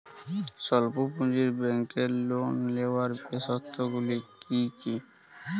স্বল্প পুঁজির ব্যাংকের লোন নেওয়ার বিশেষত্বগুলি কী কী?